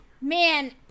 Man